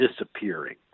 disappearing